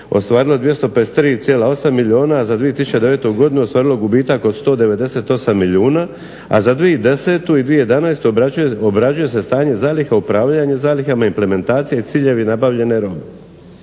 ostvarilo 253,8 milijuna, a za 2009. godinu ostvarilo gubitak od 198 milijuna, a za 2010. i 2011. obrađuje se stanje zaliha, upravljanje zalihama, implementacija i ciljevi nabavljene robe.